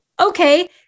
okay